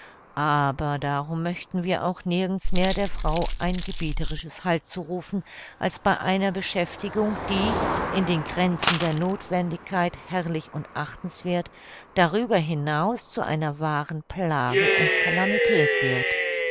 aber darum möchten wir auch nirgends mehr der frau ein gebieterisches halt zurufen als bei einer beschäftigung die in den grenzen der nothwendigkeit herrlich und achtenswerth darüber hinaus zu einer wahren plage und calamität wird